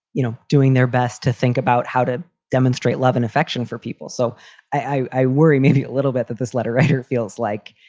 you know, doing their best to think about how to demonstrate love and affection for people. so i worry maybe a little bit that this letter writer feels like,